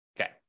Okay